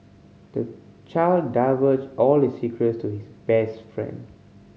the child divulged all his secrets to his best friend